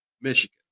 Michigan